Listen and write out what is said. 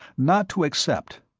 not to accept.